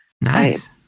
Nice